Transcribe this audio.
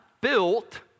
built